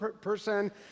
person